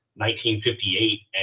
1958